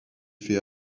fait